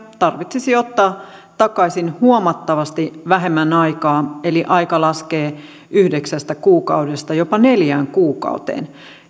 tarvitsisi ottaa takaisin huomattavasti vähemmän aikaa eli aika laskee yhdeksästä kuukaudesta jopa neljään kuukauteen